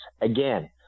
Again